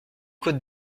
cotes